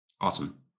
Awesome